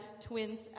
twins